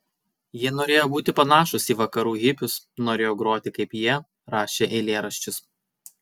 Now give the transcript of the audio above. jie norėjo būti panašūs į vakarų hipius norėjo groti kaip jie rašė eilėraščius